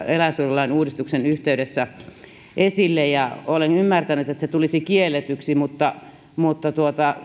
eläinsuojelulain uudistuksen yhteydessä esille olen ymmärtänyt että se tulisi kielletyksi mutta mutta